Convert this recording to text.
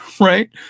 right